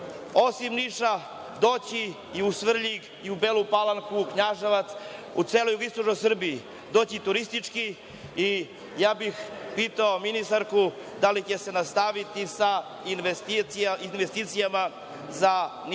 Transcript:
osim Niša doći i u Svrljig i u Belu Palanku i Knjaževac, u celu jugoistočnu Srbiju, doći turistički. Pitao bih ministarku da li će se nastaviti sa investicijama za niški